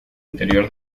interior